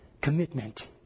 commitment